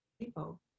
people